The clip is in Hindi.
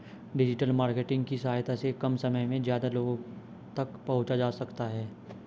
डिजिटल मार्केटिंग की सहायता से कम समय में ज्यादा लोगो तक पंहुचा जा सकता है